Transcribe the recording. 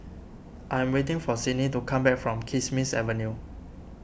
I am waiting for Sidney to come back from Kismis Avenue